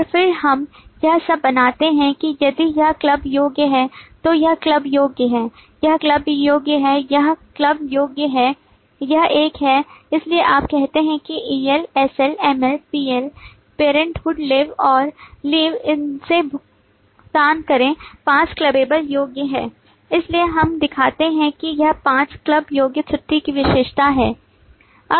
और फिर हम यह सब बनाते हैं कि यदि यह क्लब योग्य है तो यह क्लब योग्य है यह क्लब योग्य है यह क्लब योग्य है यह एक है इसलिए आप कहते हैं कि EL SL ML PL parenthood leave और लीव इनसे भुगतान करें पांच क्लबबेल योग्य हैं इसलिए हम दिखाते हैं कि यह पांच क्लब योग्य छुट्टी की विशेषता हैं